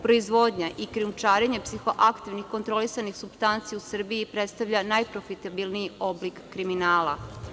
Proizvodnja i krijumčarenje psihoaktivnih kontrolisanih supstanci u Srbiji predstavlja najprofitabilniji oblik kriminala.